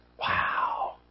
Wow